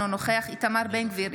אינו נוכח איתמר בן גביר,